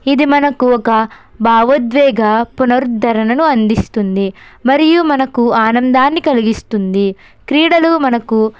ఇది మనకొక భావోద్వేగ పునరుద్ధరణను అందిస్తుంది మరియు మనకు ఆనందాన్ని కలిగిస్తుంది క్రీడలు మనకు